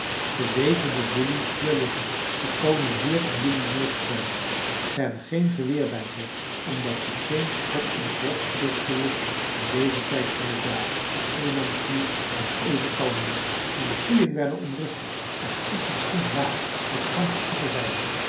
ze weten dat jelui hier liggen ze komen hier om jelui neer te vellen ze hebben geen geweer bij zich omdat ze geen schot in t bosch durven te lossen in dezen tijd van t jaar de elandstier bleef even kalm liggen maar de koeien werden onrustig t is misschien waar wat de ganzen zeggen zeiden ze